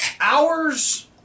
Hours